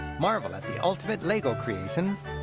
marvel at the ultimate lego creations,